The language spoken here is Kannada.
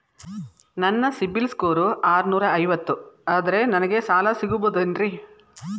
ನನ್ನ ಸಿಬಿಲ್ ಸ್ಕೋರ್ ಆರನೂರ ಐವತ್ತು ಅದರೇ ನನಗೆ ಸಾಲ ಸಿಗಬಹುದೇನ್ರಿ?